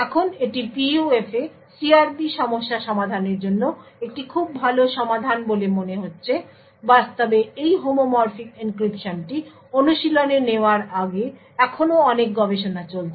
এখন এটি PUF তে CRP সমস্যা সমাধানের জন্য একটি খুব ভাল সমাধান বলে মনে হচ্ছে বাস্তবে এই হোমোমরফিক এনক্রিপশনটি অনুশীলনে নেওয়ার আগে এখনও অনেক গবেষণা চলছে